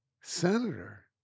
senator